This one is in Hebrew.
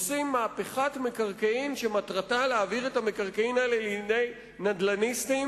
עושים מהפכת מקרקעין שמטרתה להעביר את המקרקעין האלה לידי נדל"ניסטים,